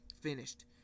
finished